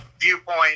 viewpoint